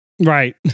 right